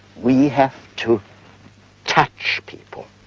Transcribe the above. we have to touch people.